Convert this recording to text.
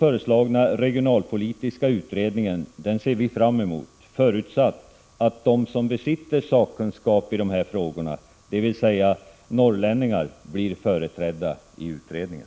föreslagna regionalpolitiska utredningen ser vi fram emot, förutsatt att de som besitter sakkunskap i de här frågorna — dvs. norrlänningar — blir företrädda i utredningen.